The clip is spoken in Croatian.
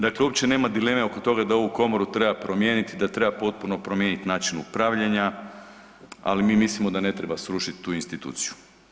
Dakle, uopće nema dileme oko toga da ovu komoru treba promijeniti, da treba potpuno promijeniti način upravljanja, ali mi mislimo da ne treba srušiti tu instituciju.